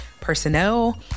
personnel